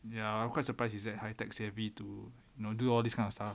ya I'm quite surprise he's that high tech savvy to you know know do all this kind of stuff